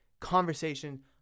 conversation